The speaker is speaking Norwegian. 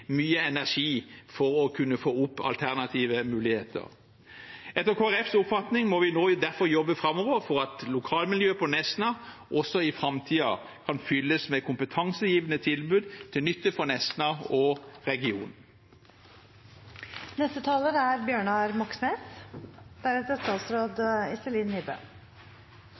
mye energi for å få opp alternative muligheter. Etter Kristelig Folkepartis oppfatning må vi derfor jobbe for at lokalmiljøet på Nesna også i framtiden kan fylles med kompetansegivende tilbud til nytte for Nesna og